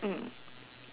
mm